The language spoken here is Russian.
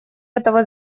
этого